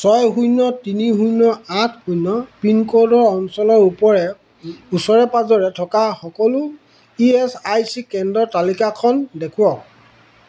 ছয় শূন্য তিনি শূন্য আঠ শূন্য পিনক'ডৰ অঞ্চলৰ ওপৰে ওচৰে পাঁজৰে থকা সকলো ই এছ আই চি কেন্দ্ৰৰ তালিকাখন দেখুৱাওক